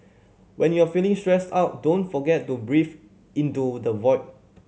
when you are feeling stressed out don't forget to breathe into the void